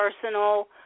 personal